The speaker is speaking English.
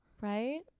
Right